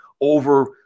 over